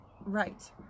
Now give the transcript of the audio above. Right